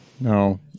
no